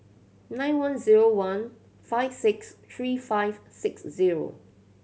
nine one zero one five six three five six zero